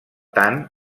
tant